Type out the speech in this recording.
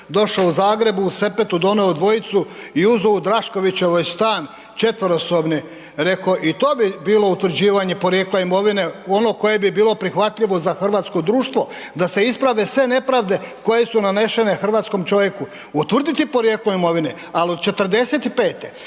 došao u Zagreb u sepetu donio dvojicu i uzeo u Draškovićevoj stan četverosobni reko i to bi bilo utvrđivanje porijekla imovine ono koje bi bilo prihvatljivo za hrvatsko društvo da se isprave sve nepravde koje su nanešene hrvatskom čovjeku. Utvrditi porijeklo imovine, ali od '45.